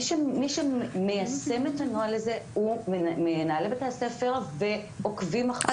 מי שמיישם את הנוהל הזה הוא מנהלי בתי הספר ועוקבים אחריו.